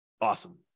Awesome